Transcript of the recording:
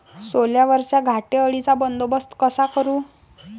सोल्यावरच्या घाटे अळीचा बंदोबस्त कसा करू?